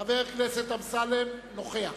חבר הכנסת אמסלם נוכח.